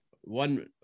One